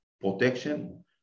protection